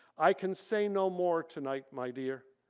i can say no more tonight my dear,